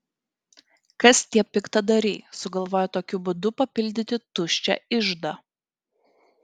kas tie piktadariai sugalvoję tokiu būdu papildyti tuščią iždą